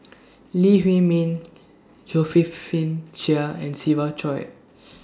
Lee Huei Min Chia and Siva Choy